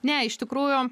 ne iš tikrųjų